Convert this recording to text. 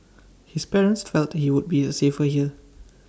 his parents felt he would be safer here